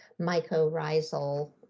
mycorrhizal